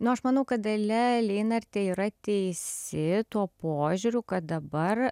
nu aš manau kad dalia leinartė yra teisi tuo požiūriu kad dabar